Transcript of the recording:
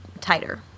tighter